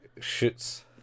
shoots